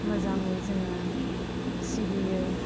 मोजाङै जोङो सिबियो